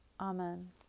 Amen